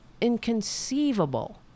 inconceivable